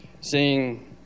seeing